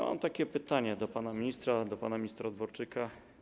Mam pytania do pana ministra, do pana ministra Dworczyka.